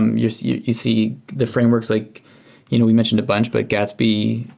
you see you see the frameworks like you know we mentioned a bunch, but gatsby,